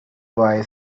boy